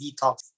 detox